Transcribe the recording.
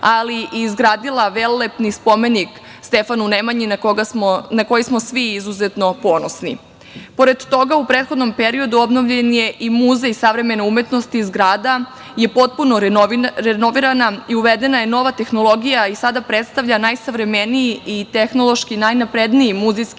ali i izgradila velelepni spomenik Stefanu Nemanji na koji smo svi izuzetno ponosni. Pored toga, u prethodnom periodu obnovljen je i Muzej savremene umetnosti. Zgrada je potpuno renovirana i uvedena je nova tehnologija i sada predstavlja najsavremeniji i tehnološki najnapredniji muzejski